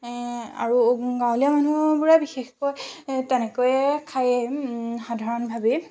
এই আৰু গাঁৱলীয়া মানুহবোৰে বিশেষকৈ এই তেনেকৈয়ে খায়েই সাধাৰণ ভাৱেই